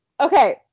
okay